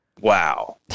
Wow